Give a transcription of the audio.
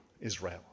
Israel